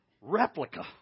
replica